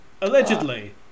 allegedly